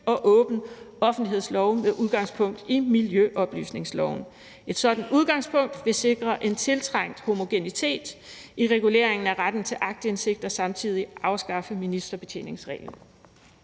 og åben offentlighedslov med udgangspunkt i miljøoplysningsloven. Et sådant udgangspunkt vil sikre en tiltrængt homogenitet i reguleringen af retten til aktindsigt og samtidig afskaffe ministerbetjeningsreglen.«